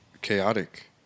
chaotic